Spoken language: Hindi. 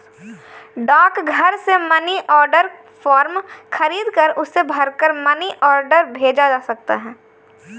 डाकघर से मनी ऑर्डर फॉर्म खरीदकर उसे भरकर मनी ऑर्डर भेजा जा सकता है